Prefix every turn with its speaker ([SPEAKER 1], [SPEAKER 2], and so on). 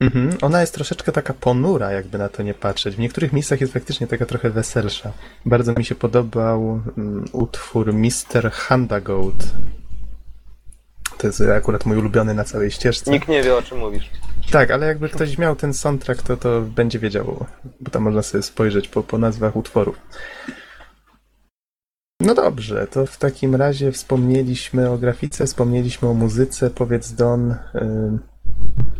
[SPEAKER 1] Mhm, ona jest troszeczkę taka ponura, jakby na to nie patrzeć. W niektórych miejscach jest faktycznie taka trochę weselsza. Bardzo mi się podobał, mm, utwór Mr. Handagoat. To jest akurat mój ulubiony na całej ścieżce.
[SPEAKER 2] Nikt nie wie, o czym mówisz.
[SPEAKER 1] Tak, ale jakby ktoś miał ten soundtrack, to- to będzie wiedział, bo tam można sobie spojrzeć po- po nazwach utworów. No dobrze, to w takim razie wspomnieliśmy o grafice, wspomnieliśmy o muzyce. Powiedz, Don, y,